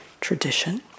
tradition